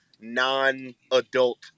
non-adult